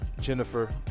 Jennifer